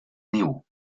niu